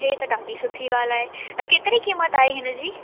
इहा त ॾाढी सुठी ॻाल्हि आहे केतिरी क़ीमत आहे हिन जी